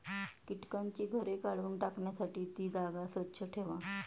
कीटकांची घरे काढून टाकण्यासाठी ती जागा स्वच्छ ठेवा